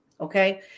Okay